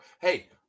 Hey